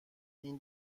این